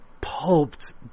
pulped